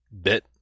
bit